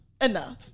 enough